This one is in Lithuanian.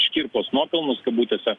škirpos nuopelnus kabutėse